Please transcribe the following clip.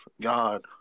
god